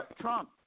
Trump